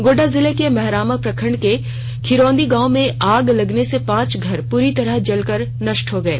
गोड्डा जिले के मेहरमा प्रखंड के खिरोंधी गांव में आग लगने से पांच घर पूरी तरह से जलकर नष्ट हो गये